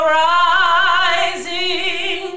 rising